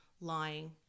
lying